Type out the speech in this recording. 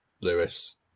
Lewis